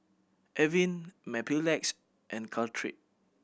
Avene Mepilex and Caltrate